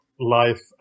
life